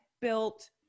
built